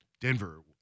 Denver